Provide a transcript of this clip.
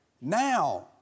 now